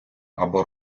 або